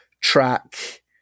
track